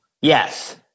Yes